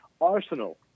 Arsenal